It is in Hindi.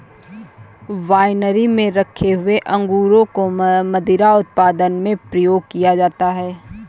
वाइनरी में रखे हुए अंगूरों को मदिरा उत्पादन में प्रयोग किया जाता है